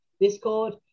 discord